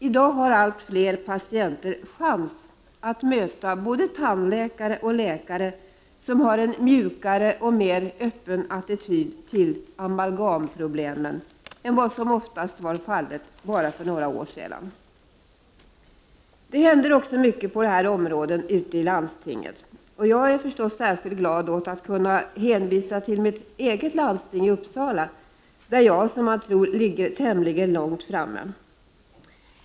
I dag har allt fler patienter chans att möta både tandläkare och läkare som har en mjukare och mer öppen attityd till ”amalgamproblemen” än vad som oftast var fallet för bara några år sedan. Det händer också mycket på det här området ute i landstingen. Jag är förstås särskilt glad åt att kunna hänvisa till mitt eget landsting i Uppsala, där man tycks ligga tämligen långt framme.